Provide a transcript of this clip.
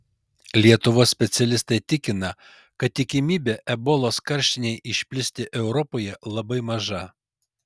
lietuvos specialistai tikina kad tikimybė ebolos karštinei išplisti europoje labai maža